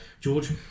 George